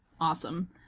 awesome